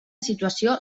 situació